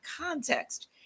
context